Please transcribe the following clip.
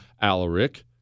Alaric